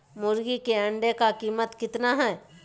मुर्गी के अंडे का कीमत कितना है?